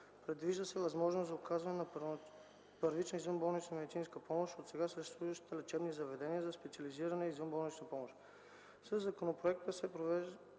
Предвижда се възможност за оказване на първична извънболнична медицинска помощ от сега съществуващите лечебни заведения за специализирана извънболнична помощ. Със законопроекта се предвижда